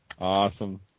Awesome